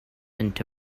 into